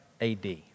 AD